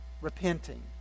repenting